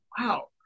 wow